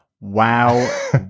wow